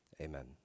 amen